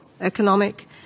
economic